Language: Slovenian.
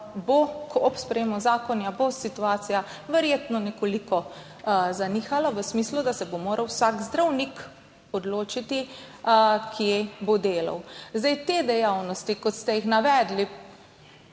bo ob sprejemu zakona situacija verjetno nekoliko zanihala v smislu, da se bo moral vsak zdravnik odločiti, kje bo delal. Te dejavnosti, ki ste jih predhodno